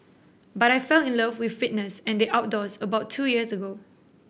but I fell in love with fitness and the outdoors about two years ago